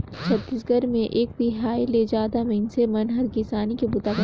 छत्तीसगढ़ मे एक तिहाई ले जादा मइनसे मन हर किसानी के बूता करथे